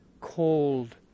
cold